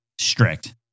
strict